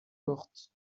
morte